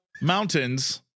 mountains